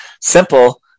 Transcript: simple